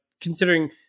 considering